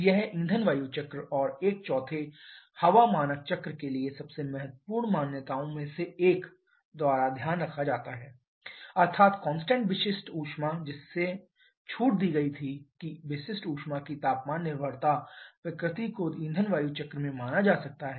यह ईंधन वायु चक्र और एक चौथे हवा मानक चक्र के लिए सबसे महत्वपूर्ण मान्यताओं में से एक द्वारा ध्यान रखा जा सकता है अर्थात कांस्टेंट विशिष्ट ऊष्मा जिसमे छूट दीगई थी कि विशिष्ट ऊष्मा की तापमान निर्भरता प्रकृति को ईंधन वायु चक्र में माना जा सकता है